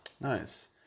Nice